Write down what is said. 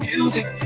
Music